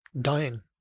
dying